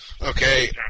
Okay